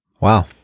Wow